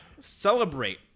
Celebrate